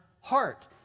heart